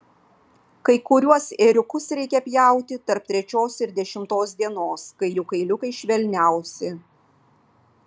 kai kuriuos ėriukus reikia pjauti tarp trečios ir dešimtos dienos kai jų kailiukai švelniausi